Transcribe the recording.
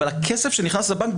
אבל הכסף שנכנס לבנק,